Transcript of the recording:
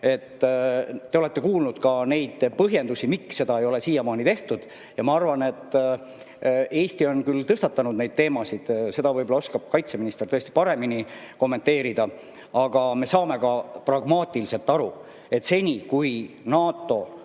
Te olete kuulnud ka neid põhjendusi, miks seda ei ole siiamaani tehtud. Ma arvan, et Eesti on küll tõstatanud neid teemasid – seda võib-olla oskab kaitseminister tõesti paremini kommenteerida –, aga me saame pragmaatiliselt aru, et seni, kuni NATO